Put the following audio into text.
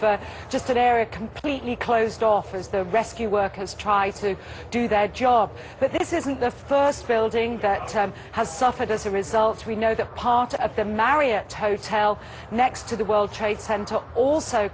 of just a terror completely closed off as the rescue workers try to do their job but this isn't the first building that time has suffered as a result we know that part of the marriott hotel next to the world trade center also